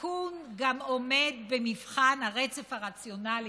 התיקון גם עומד במבחן הרצף הרציונלי